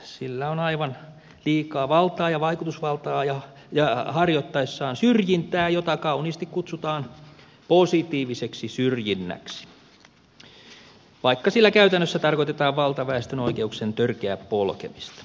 sillä on aivan liikaa valtaa ja vaikutusvaltaa harjoittaa syrjintää jota kauniisti kutsutaan positiiviseksi syrjinnäksi vaikka sillä käytännössä tarkoitetaan valtaväestön oikeuksien törkeää polkemista